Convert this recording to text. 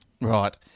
Right